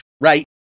right